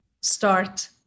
start